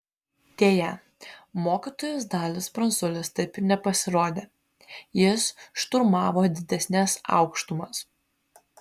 deja mokytojas dalius pranculis taip ir nepasirodė jis šturmavo didesnes aukštumas